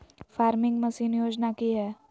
Farming machine योजना कि हैय?